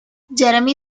jeremy